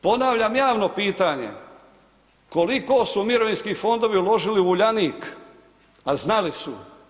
Ponavljam javno pitanje, koliko su mirovinski fondovi uložili u Uljanik a znali su.